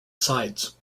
sides